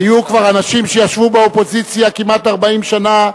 היו כבר אנשים שישבו באופוזיציה כמעט 40 שנה,